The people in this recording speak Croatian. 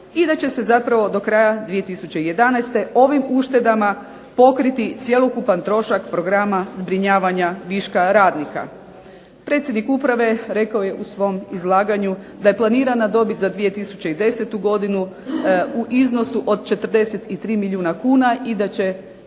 i da će se zapravo do kraja 2011. ovim uštedama pokriti cjelokupan trošak programa zbrinjavanja viška radnika. Predsjednik Uprave rekao je u svom izlaganju da je planirana dobit za 2010. godinu u iznosu od 43 milijuna kuna i da će